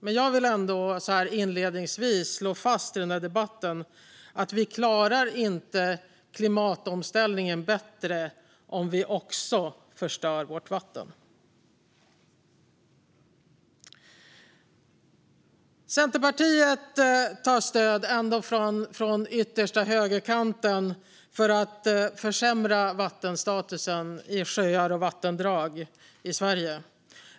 Men jag vill ändå så här inledningsvis slå fast att vi inte klarar klimatomställningen bättre om vi också förstör vårt vatten. Centerpartiet hämtar stöd ända från yttersta högerkanten för att försämra vattenstatusen i sjöar och vattendrag i Sverige.